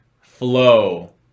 flow